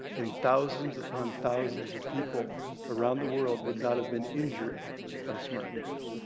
and thousands upon thousands of people around the world would not have been injured by smart meters.